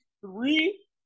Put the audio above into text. three